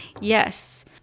Yes